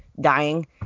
dying